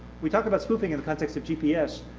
we talked about spoofing in the context of gps,